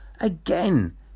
again